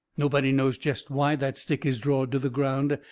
nobody knows jest why that stick is drawed to the ground.